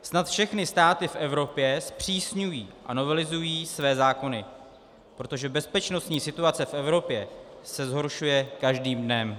Snad všechny státy v Evropě zpřísňují a novelizují své zákony, protože bezpečnostní situace v Evropě se zhoršuje každým dnem.